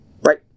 right